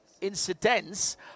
incidents